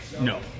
No